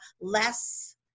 less